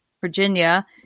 Virginia